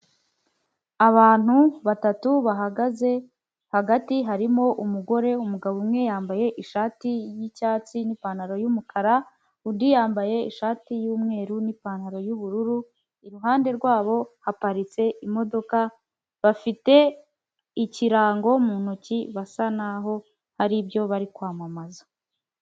Abantu batatu bahagaze hagati harimo umugore umugabo umwe yambaye ishati y'icyatsi n'ipantaro y'umukara, undi yambaye ishati y'umweru n'ipantaro y'ubururu, iruhande rwabo haparitse imodoka bafite ikirango mu ntoki basa nkaho haribyo bari kwamamaza.